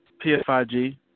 PFIG